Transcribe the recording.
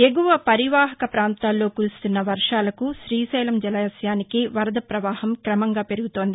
ఎగువ పరివాహక ప్రాంతాల్లో కురుస్తున్న వర్షాలకు శ్రీశైలం జలాశయానికి వరద పవాహం క్రమంగా పెరుగుతోంది